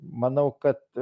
manau kad